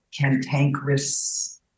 cantankerous